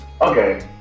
Okay